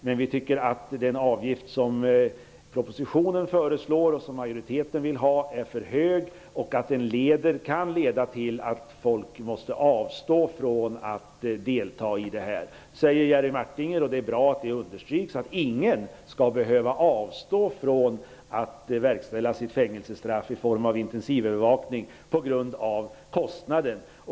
Men vi tycker att den avgift som föreslås i propositionen och som majoriteten vill ha är för hög och att den kan leda till att folk måste avstå från att delta i den här försöksverksamheten. Jerry Martinger säger, och det är bra att det understryks, att ingen skall behöva avstå från att verkställa sitt fängelsestraff i form av intensivövervakning på grund av kostnaden.